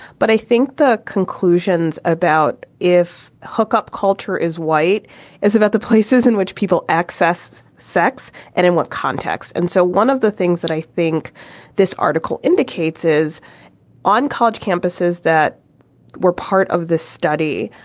but i think the conclusions about if hookup culture is white is about the places in which people accessed sex and in what context. and so one of the things that i think this article indicates is on college campuses that were part of this study.